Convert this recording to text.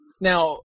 now